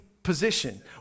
position